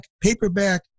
paperback